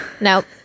nope